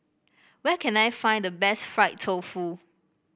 where can I find the best Fried Tofu